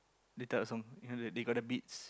that type of song ya they they got the beats